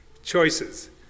Choices